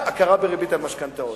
הכרה בריבית על משכנתאות.